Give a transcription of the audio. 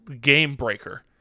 game-breaker